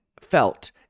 felt